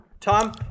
Tom